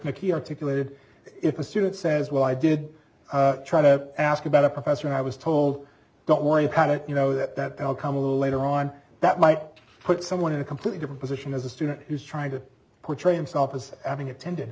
nicky articulated if a student says well i did try to ask about a professor and i was told don't worry about it you know that i'll come a little later on that might put someone in a completely different position as a student who's trying to portray himself as having attend